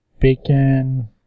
bacon